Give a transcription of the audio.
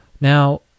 Now